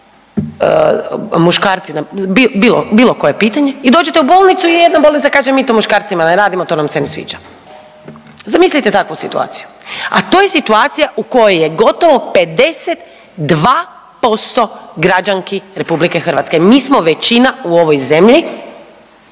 muškarci, bilo, bilo koje pitanje i dođete u bolnicu i jedna bolnica kaže mi to muškarcima ne radimo, to nam se ne sviđa, zamislite takvu situaciju, a to je situacija u kojoj je gotovo 52% građanki RH, mi smo većina u ovoj zemlji,